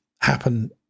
happen